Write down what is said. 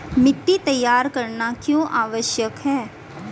मिट्टी तैयार करना क्यों आवश्यक है?